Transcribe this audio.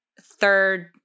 third